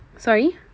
sorry